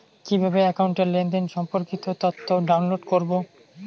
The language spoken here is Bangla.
কিভাবে একাউন্টের লেনদেন সম্পর্কিত তথ্য ডাউনলোড করবো?